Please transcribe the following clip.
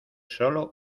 solo